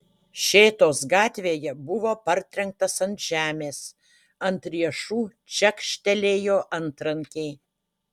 šėtos gatvėje buvo partrenktas ant žemės ant riešų čekštelėjo antrankiai